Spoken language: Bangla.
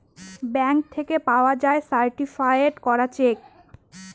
ব্যাঙ্ক থেকে পাওয়া যায় সার্টিফায়েড করা চেক